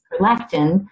prolactin